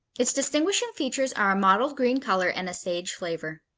its distinguishing features are a mottled green color and a sage flavor.